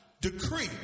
Decree